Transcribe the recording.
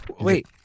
wait